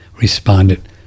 responded